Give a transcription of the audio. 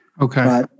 Okay